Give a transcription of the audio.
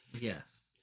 yes